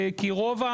כי רוב,